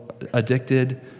addicted